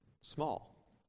small